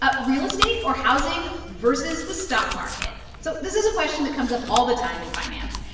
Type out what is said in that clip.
ah real estate, or housing, versus the stock market so this is a question that comes up all the time in finance.